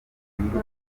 imbuto